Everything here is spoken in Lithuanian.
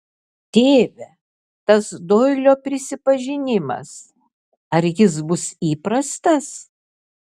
tėve tas doilio prisipažinimas ar jis bus įprastas